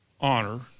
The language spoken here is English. honor